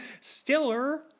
Stiller